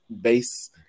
base